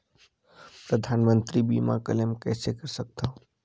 परधानमंतरी मंतरी बीमा क्लेम कइसे कर सकथव?